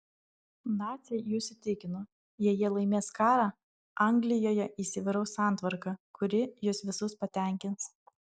naciai jus įtikino jei jie laimės karą anglijoje įsivyraus santvarka kuri jus visus patenkins